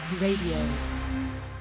Radio